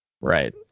Right